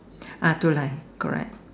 ah two line correct